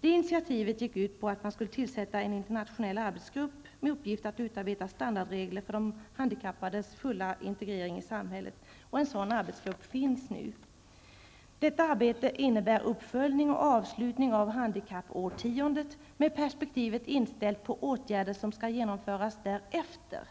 Det här initiativet gick ut på att man skulle tillsätta en internationell arbetsgrupp som skulle ha i uppgift att utarbeta standardregler för de handikappades fulla integrering i samhället. En sådan arbetsgrupp finns nu. Detta arbete innebär en uppföljning och en avslutning av handikappårtiondet med siktet inställt på åtgärder som skall genomföras därefter.